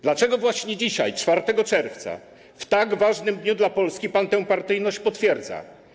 Dlaczego właśnie dzisiaj, 4 czerwca, w tak ważnym dniu dla Polski, pan tę partyjność potwierdza?